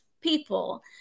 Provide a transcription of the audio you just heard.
people